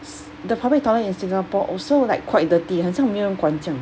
the public toilet in singapore also like quite dirty 很像没有人管这样